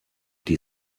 die